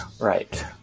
Right